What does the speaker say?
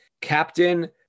Captain